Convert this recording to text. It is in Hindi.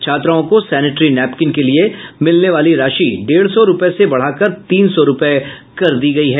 छात्राओं को सेनेटरी नेपकीन के लिए मिलने वाली राशि डेढ़ सौ रूपये से बढ़ा कर तीन सौ रूपया कर दी गयी है